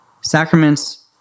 sacraments